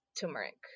turmeric